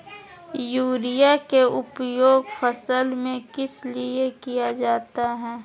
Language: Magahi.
युरिया के उपयोग फसल में किस लिए किया जाता है?